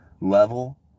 level